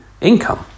income